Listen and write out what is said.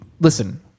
listen